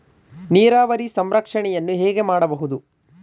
ನೀರಾವರಿಯ ಸಂರಕ್ಷಣೆಯನ್ನು ಹೇಗೆ ಮಾಡಬಹುದು?